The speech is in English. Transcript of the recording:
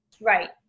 Right